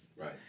Right